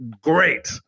great